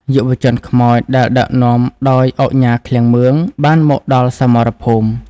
យុទ្ធជនខ្មោចដែលដឹកនាំដោយឧកញ៉ា ឃ្លាំងមឿង បានមកដល់សមរភូមិ។